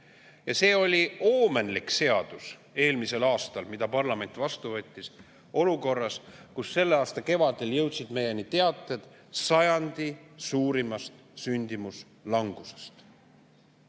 aastal oomenlik seadus, mille parlament vastu võttis olukorras, kus selle aasta kevadel jõudsid meieni teated sajandi suurimast sündimuse langusest.